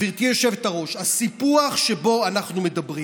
גברתי היושבת-ראש, הסיפוח שבו אנחנו מדברים